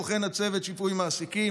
בוחן הצוות שיפוי מעסיקים,